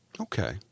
Okay